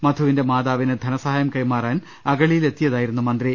മധുവിന്റെ മാതാവിന് ധനസ ഹായം കൈമാറാൻ അഗളിയിൽ എത്തിയതായിരുന്നു മന്ത്രി